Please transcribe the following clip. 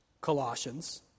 Colossians